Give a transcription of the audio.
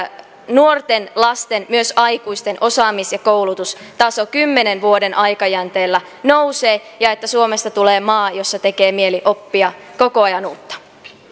nuorten lasten myös aikuisten osaamis ja koulutustaso kymmenen vuoden aikajänteellä nousee ja että suomesta tulee maa jossa tekee mieli oppia koko ajan uutta